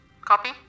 copy